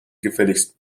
gefälligst